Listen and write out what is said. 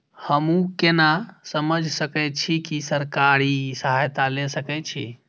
हमू केना समझ सके छी की सरकारी सहायता ले सके छी?